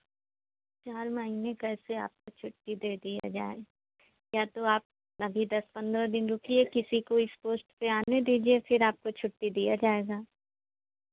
चार महीने कैसे आपको छुट्टी दे दिया जाए या तो आप अभी दस पन्द्रह दिन रुकिए किसी को इस पोस्ट पर आने दीजिए फिर आपको छुट्टी दिया जाएगा